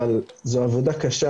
אבל זו עבודה קשה,